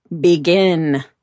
Begin